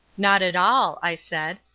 not at all, i said,